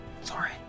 Sorry